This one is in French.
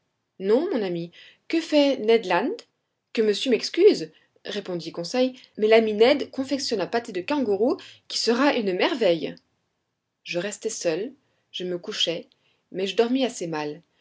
non mon ami que fait ned land que monsieur m'excuse répondit conseil mais l'ami ned confectionne un pâté de kangaroo qui sera une merveille je restai seul je me couchai mais je dormis assez mal